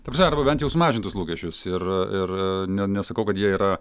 ta prasme arba bent jau sumažintus lūkesčius ir ir ne nesakau kad jie yra